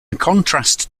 contrast